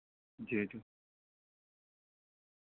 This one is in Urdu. جی جی